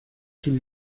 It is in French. qu’il